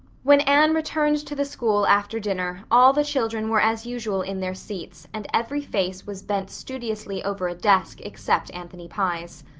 when anne returned to the school after dinner all the children were as usual in their seats and every face was bent studiously over a desk except anthony pye's.